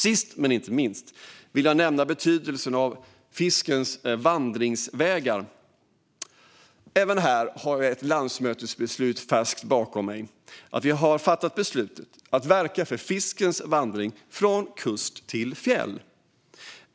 Sist men inte minst vill jag nämna betydelsen av fiskens vandringsvägar. Även här har jag ett färskt landsmötesbeslut bakom mig. Vi har fattat beslut om att verka för fiskens vandring från kust till fjäll.